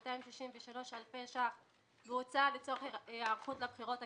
15,263 אלפי ₪ בהוצאה לצורך היערכות לבחירות הכלליות,